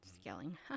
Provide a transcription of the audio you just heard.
scaling